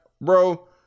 Bro